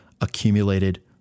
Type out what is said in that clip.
accumulated